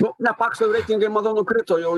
nu ne pakso reitingai manau nukrito jau